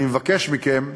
אני מבקש מכם,